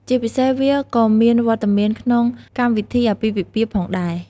ជាពិសេសវាក៏មានវត្តមានក្នុង កម្មវិធីអាពាហ៍ពិពាហ៍ ផងដែរ។